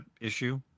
issue